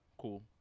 Cool